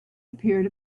appeared